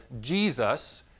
Jesus